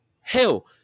Hell